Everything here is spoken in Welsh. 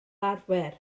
arfer